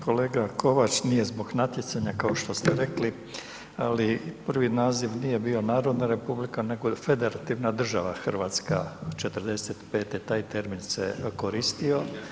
Kolega Kovač, nije zbog natjecanja kao što ste rekli, ali prvi naziv nije bio Narodna republika, nego Federativna država Hrvatska '45. taj termin se koristio.